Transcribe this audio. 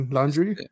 Laundry